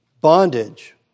Bondage